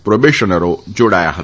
pro શનરો જાડાયા હતા